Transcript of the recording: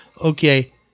Okay